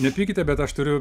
nepykite bet aš turiu